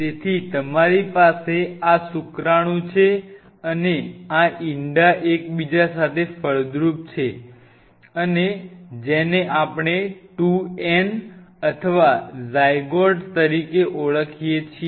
તેથી તમારી પાસે આ શુક્રાણુ છે અને આ ઇંડા એકબીજા સાથે ફળદ્રુપ છે અને જેને આપણે 2n અથવા ઝાયગોટ તરીકે ઓળખીએ છીએ